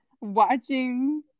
watching